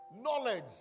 knowledge